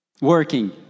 working